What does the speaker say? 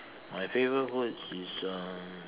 my favourite food is um